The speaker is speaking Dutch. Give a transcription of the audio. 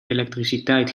elektriciteit